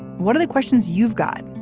what are the questions you've got.